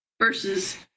versus